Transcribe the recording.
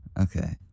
Okay